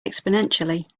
exponentially